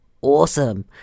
Awesome